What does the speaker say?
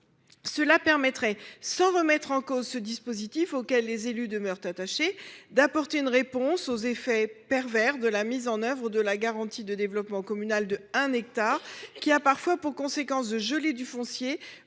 Cela permettrait, sans remettre en cause ce dispositif auquel les élus demeurent attachés, d’apporter une réponse aux effets pervers de la mise en œuvre de la garantie de développement communal de 1 hectare, qui a parfois pour conséquence de geler du foncier